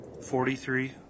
forty-three